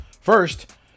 First